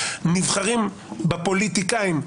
נבחרים בפוליטיקאים,